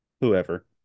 whoever